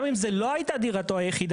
גם אם זו לא הייתה דירתו היחידה,